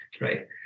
right